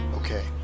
Okay